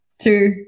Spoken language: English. two